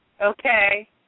Okay